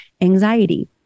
anxiety